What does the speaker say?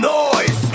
noise